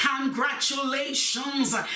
congratulations